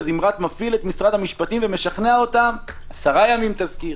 זמרת מפעיל את משרד המשפטים ומשכנע אותם שיהיה תזכיר 10 ימים.